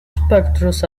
spectators